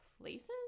places